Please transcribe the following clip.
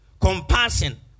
compassion